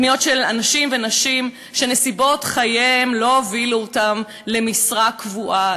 פניות של אנשים ונשים שנסיבות חייהם לא הובילו אותם למשרה קבועה,